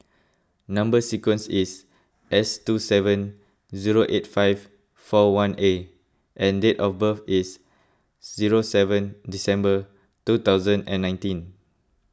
Number Sequence is S two seven zero eight five four one A and date of birth is zero seven December two thousand and nineteen